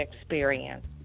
experience